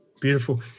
beautiful